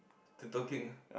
still talking